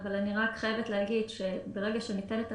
אבל אני חייבת להגיד, ברגע שניתנת הנחיה,